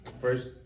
first